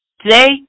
Today